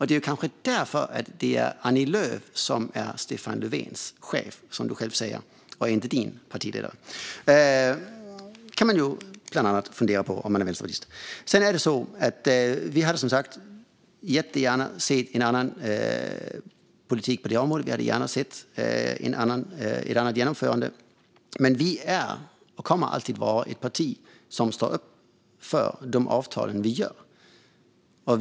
Det kanske är därför det är Annie Lööf som är Stefan Löfvens chef, som du själv säger, Daniel Riazat, och inte din partiledare. Det kan man ju fundera på om man är vänsterpartist. Vi hade som sagt jättegärna sett en annan politik på det här området. Vi hade gärna sett ett annat genomförande, men vi är och kommer alltid att vara ett parti som står upp för de avtal vi sluter.